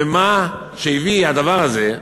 ומה שהביא הדבר הזה,